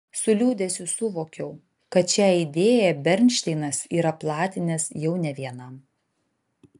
su liūdesiu suvokiau kad šią idėją bernšteinas yra platinęs jau ne vienam